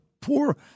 poor